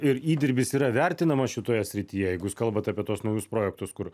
ir įdirbis yra vertinamas šitoje srityje jeigu jūs kalbat apie tuos naujus projektus kur